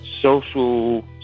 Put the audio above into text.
social